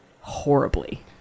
horribly